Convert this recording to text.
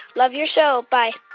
love your show. bye